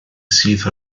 sydd